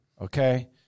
okay